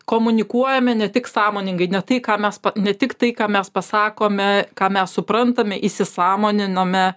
komunikuojame ne tik sąmoningai ne tai ką mes ne tik tai ką mes pasakome ką mes suprantame įsisąmoninome